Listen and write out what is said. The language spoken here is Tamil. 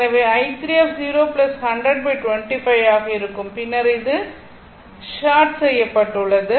எனவே i30 10025 ஆக இருக்கும் பின்னர் இது ஷார்ட் செய்யப்பட்டுள்ளது